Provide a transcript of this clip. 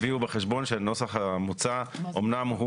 הביאו בחשבון שהנוסח המוצע אמנם הוא